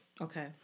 Okay